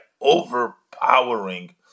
overpowering